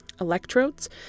electrodes